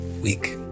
week